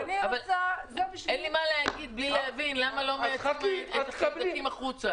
אני צריכה להבין למה לא נותנים להם לצאת החוצה.